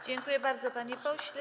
Dziękuję bardzo, panie pośle.